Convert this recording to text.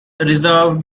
reserve